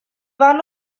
van